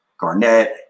Garnett